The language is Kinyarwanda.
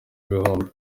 igihumbi